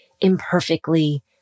imperfectly